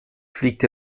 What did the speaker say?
fliegt